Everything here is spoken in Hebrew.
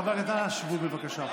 חברי הכנסת, אנא, שבו, בבקשה.